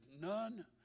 none